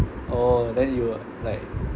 oh then you will like